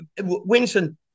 Winston